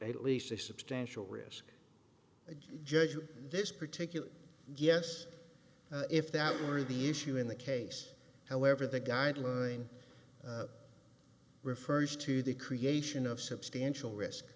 t least a substantial risk of judging this particular yes if that were the issue in the case however the guideline refers to the creation of substantial risk